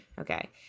Okay